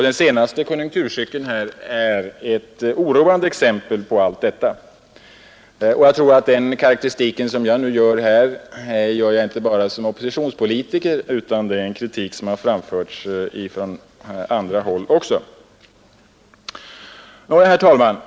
Den senaste konjunkturcykeln är ett oroande exempel på allt detta. Den karakteristik som jag nu gör här är inte bara en oppositionspolitikers, utan det är en kritik som har framförts från andra håll också. Herr talman!